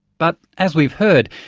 but, as we've heard,